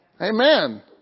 Amen